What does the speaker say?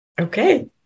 Okay